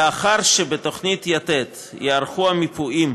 לאחר שבתוכנית יתד ייערכו המיפויים,